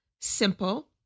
simple